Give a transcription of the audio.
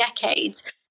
decades